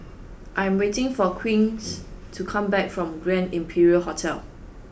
I am waiting for Queen to come back from Grand Imperial Hotel